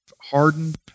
hardened